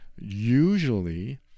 usually